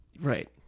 Right